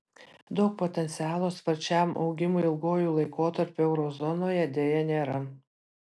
daug potencialo sparčiam augimui ilguoju laikotarpiu euro zonoje deja nėra